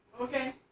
Okay